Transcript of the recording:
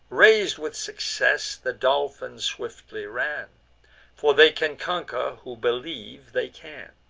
rais'd with success, the dolphin swiftly ran for they can conquer, who believe they can.